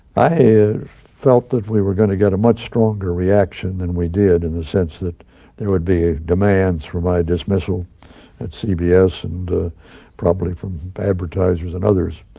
i felt that we were going to get a much stronger reaction than we did in the sense that there would be a demand for my dismissal at cbs and probably from advertisers and others.